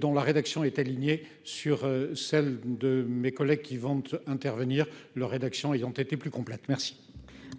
dont la rédaction est alignée sur celle de mes collègues qui vont intervenir leur rédaction, ils ont été plus complète, merci.